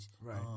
Right